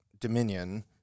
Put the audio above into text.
dominion